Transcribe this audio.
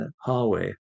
hallway